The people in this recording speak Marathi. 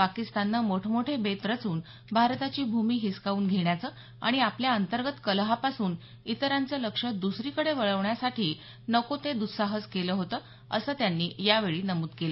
पाकिस्ताननं मोठ मोठे बेत रचून भारताची भूमी हिसकावून घेण्याचं आणि आपल्या अंतर्गत कलहापासून इतरांचं लक्ष दुसरीकडे वळवण्यासाठी नको ते दुस्साहस केलं होतं असं त्यांनी यावेळी नमुद केलं